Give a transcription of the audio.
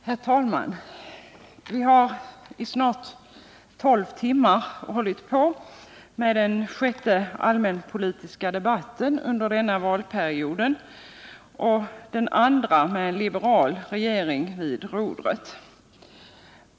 Herr talman! Vi har i snart tolv timmar hållit på med den sjätte allmänpolitiska debatten under denna valperiod och den andra med en liberal regering vid rodret.